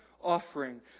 offering